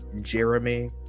Jeremy